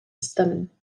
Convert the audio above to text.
stemmen